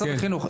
משרד החינוך,